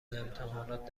امتحانات